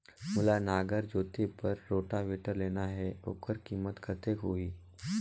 मोला नागर जोते बार रोटावेटर लेना हे ओकर कीमत कतेक होही?